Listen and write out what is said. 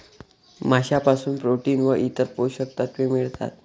माशांपासून प्रोटीन व इतर पोषक तत्वे मिळतात